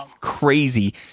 crazy